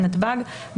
בנתב"ג,